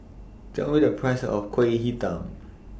Tell Me The Price of Kuih Talam